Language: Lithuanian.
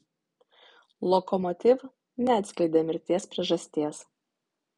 lokomotiv neatskleidė mirties priežasties